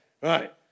Right